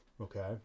Okay